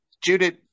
Judith